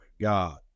God